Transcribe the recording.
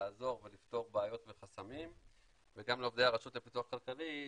לעזור ולפתור בעיות וחסמים וגם לעובדי הרשות לפיתוח כלכלי,